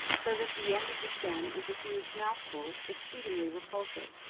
so that the end of the stem is a huge mouthful, exceedingly repulsive.